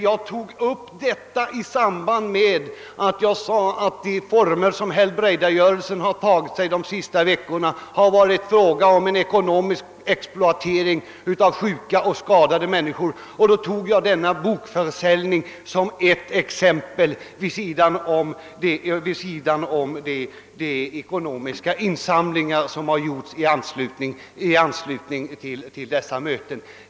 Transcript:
Jag tog upp den saken i samband med att jag sade att de former som helbrägdagörelsen tagit sig de senaste veckorna på grund av de insamlingar som företagits vid dessa möten har inneburit en ekonomisk exploatering av sjuka och skadade människor. Jag anförde denna bokförsäljning som ytterligare ett exempel härpå.